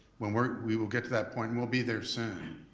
when we're, we will get to that point and we'll be there soon.